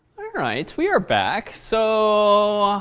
right. we are back. so,